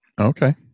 Okay